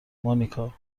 مونیکا